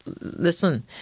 listen